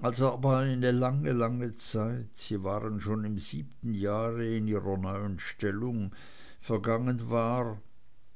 als aber eine lange lange zeit sie waren schon im siebenten jahr in ihrer neuen stellung vergangen war